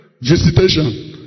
Visitation